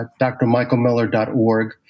drmichaelmiller.org